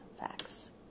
facts